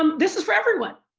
um this is for everyone.